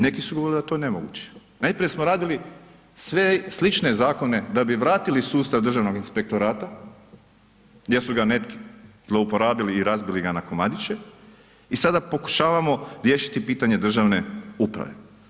Neki su govorili da je to nemoguće, najprije smo radili sve slične zakone da bi vratili sustav Državnog inspektorata, gdje su ga neki zlouporabili i razbili na komadiće i sada pokušavamo riješiti pitanje državne uprave.